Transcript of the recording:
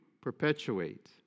perpetuate